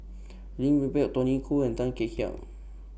Peng Tony Khoo and Tan Kek Hiang